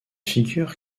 figure